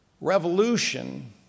revolution